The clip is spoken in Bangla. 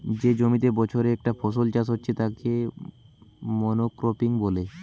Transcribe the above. যে জমিতে বছরে একটা ফসল চাষ হচ্ছে তাকে মনোক্রপিং বলে